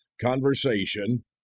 conversation